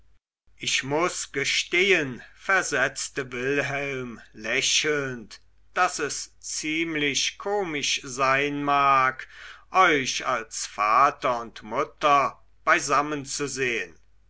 ich muß gestehen versetzte wilhelm lächelnd daß es ziemlich komisch sein mag euch als vater und mutter beisammen zu sehen